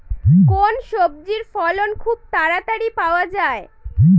কোন সবজির ফলন খুব তাড়াতাড়ি পাওয়া যায়?